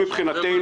חנן,